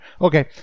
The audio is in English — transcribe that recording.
Okay